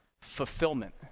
fulfillment